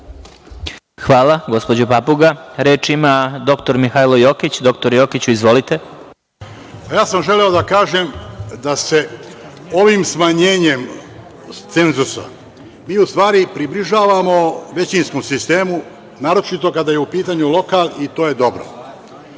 Hvala, gospođo Papuga. Reč ima dr Mihailo Jokić. Dr Jokiću, izvolite. **Mihailo Jokić** Ja sam želeo da kažem da se ovim smanjenjem cenzusa mi u stvari približavamo većinskom sistemu, naročito kada je u pitanju lokal i to je dobro.